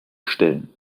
stellen